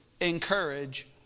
encourage